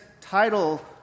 title